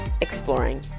exploring